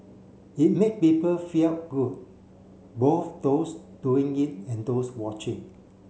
it made people felt good both those doing it and those watching